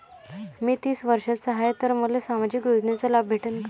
मी तीस वर्षाचा हाय तर मले सामाजिक योजनेचा लाभ भेटन का?